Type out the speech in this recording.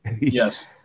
Yes